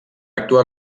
actuar